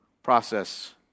process